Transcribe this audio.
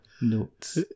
notes